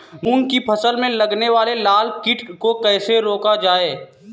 मूंग की फसल में लगने वाले लार कीट को कैसे रोका जाए?